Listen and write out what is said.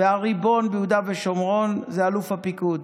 והריבון ביהודה ושומרון זה אלוף הפיקוד.